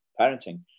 parenting